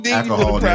alcohol